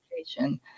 education